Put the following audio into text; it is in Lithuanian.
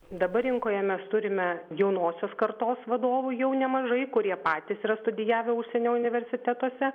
dabar rinkoje mes turime jaunosios kartos vadovų jau nemažai kurie patys yra studijavę užsienio universitetuose